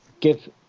give